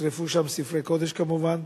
נשרפו שם ספרי קודש, כמובן,